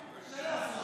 שלמה.